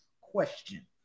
question